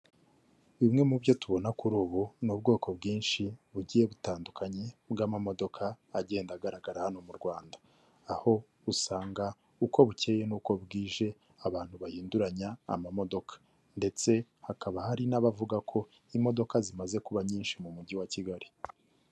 Bimwe mu byo tubona kuri ubu, ni ubwoko bwinshi bugiye butandukanye bw'amamodoka agenda agaragara hano mu Rwanda. Aho usanga uko bucyeye n'uko bwije abantu bahinduranya amamodoka ndetse hakaba hari n'abavuga ko imodoka zimaze kuba nyinshi mu Mujyi wa Kigali.